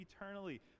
eternally